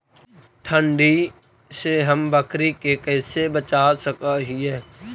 ठंडी से हम बकरी के कैसे बचा सक हिय?